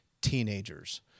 teenagers